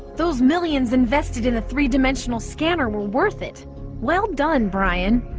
those millions invested in the three-dimensional scanner were worth it well done brian